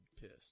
pissed